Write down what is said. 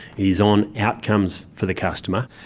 is on outcomes for the customer.